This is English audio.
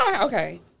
Okay